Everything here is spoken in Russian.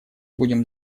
будем